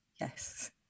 Yes